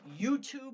YouTube